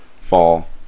fall